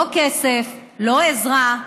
לא כסף, לא עזרה,